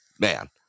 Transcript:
Man